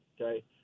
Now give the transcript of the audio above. Okay